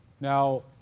Now